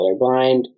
colorblind